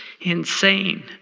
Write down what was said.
insane